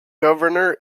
governor